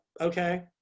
Okay